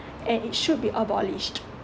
and it should be abolished